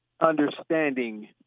understanding